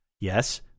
Yes